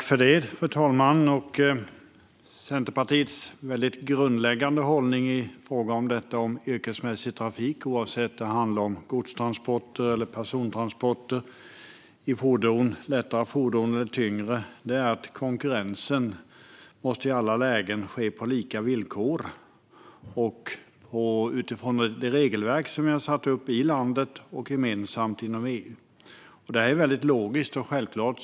Fru talman! Centerpartiets väldigt grundläggande hållning i fråga om yrkesmässig trafik, oavsett om det handlar om gods eller persontransporter med lättare eller tyngre fordon, är att konkurrensen i alla lägen måste ske på lika villkor och i enlighet med det regelverk vi har ställt upp i landet och gemensamt inom EU. Detta är väldigt logiskt och självklart.